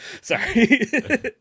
sorry